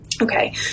Okay